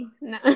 No